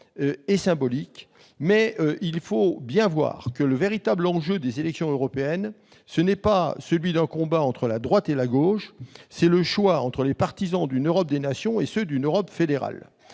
est symbolique, mais il faut bien voir que le véritable enjeu des élections européennes, ce n'est pas un combat entre la droite et la gauche : c'est le choix entre une Europe des nations et une Europe fédérale.